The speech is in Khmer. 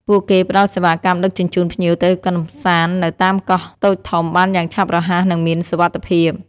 ពួកគេផ្តល់សេវាកម្មដឹកជញ្ជូនភ្ញៀវទៅកម្សាន្តនៅតាមកោះតូចធំបានយ៉ាងឆាប់រហ័សនិងមានសុវត្ថិភាព។